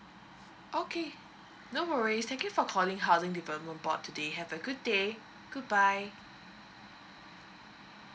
okay no worries thank you for calling housing development board today have a good day goodbye